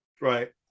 right